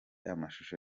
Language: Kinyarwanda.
amashusho